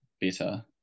better